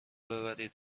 ببرید